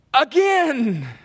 again